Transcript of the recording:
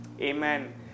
Amen